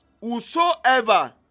whosoever